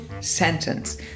sentence